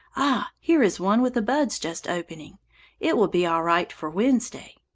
ah! here is one with the buds just opening it will be all right for wednesday.